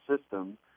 system